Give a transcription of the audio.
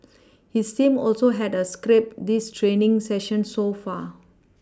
his team also had a scrap these training session so far